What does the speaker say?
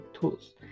tools